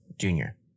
junior